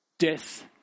Death